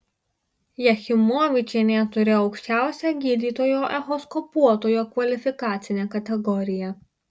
jachimovičienė turi aukščiausią gydytojo echoskopuotojo kvalifikacinę kategoriją